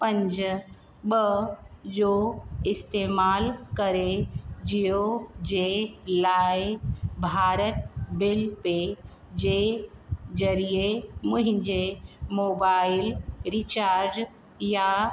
पंज ॿ जो इस्तेमाल करे जियो जे लाइ भारत बिल पे जे ज़रिए मुंहिंजे मोबाइल रीचार्ज या